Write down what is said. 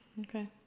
Okay